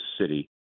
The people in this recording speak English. city